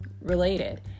related